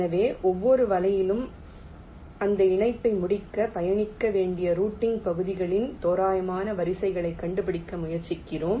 எனவே ஒவ்வொரு வலையிலும் அந்த இணைப்பை முடிக்க பயணிக்க வேண்டிய ரூட்டிங் பகுதிகளின் தோராயமான வரிசையை கண்டுபிடிக்க முயற்சிக்கிறோம்